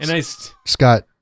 Scott